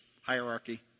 hierarchy